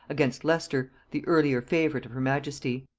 against leicester, the earlier favorite of her majesty.